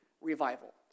revival